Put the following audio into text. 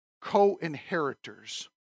co-inheritors